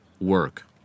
work